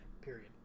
period